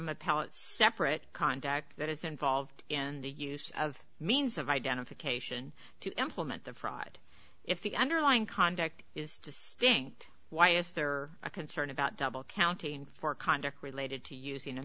power separate conduct that is involved in the use of means of identification to implement the fraud if the underlying conduct is distinct why is there a concern about double counting for conduct related to using a